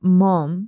mom